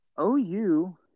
OU